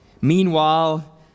Meanwhile